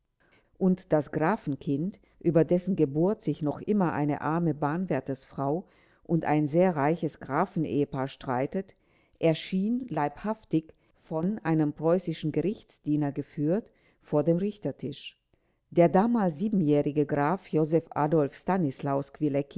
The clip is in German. und das grafenkind über dessen geburt sich noch immer eine arme bahnwärtersfrau und ein sehr reiches grafen ehepaar streitet erschien leibhaftig von einem preußischen gerichtsdiener geführt vor dem richtertisch der damals siebenjährige graf josef adolf stanislaus